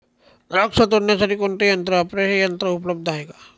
द्राक्ष तोडण्यासाठी कोणते यंत्र वापरावे? हे यंत्र उपलब्ध आहे का?